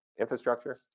infrastructure